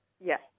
Yes